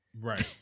right